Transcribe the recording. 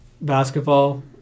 basketball